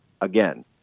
again